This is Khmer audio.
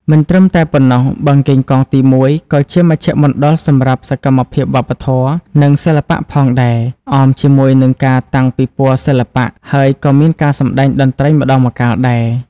មិនត្រឹមតែប៉ុណ្ណោះ បឹងកេងកងទី១ក៏ជាមជ្ឈមណ្ឌលសម្រាប់សកម្មភាពវប្បធម៌ និងសិល្បៈផងដែរ អមជាមួយនឹងការតាំងពិពណ៌សិល្បៈ ហើយក៏មានការសម្តែងតន្ត្រីម្តងម្កាលដែរ។